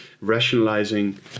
rationalizing